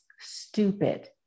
stupid